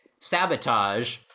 Sabotage